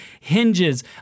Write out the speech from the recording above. hinges